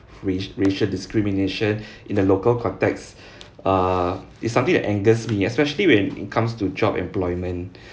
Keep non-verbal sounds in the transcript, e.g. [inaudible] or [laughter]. racia~ racial discrimination [breath] in the local context [breath] uh it's something that angers me especially when it comes to job employment